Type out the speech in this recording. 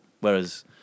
whereas